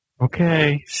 Okay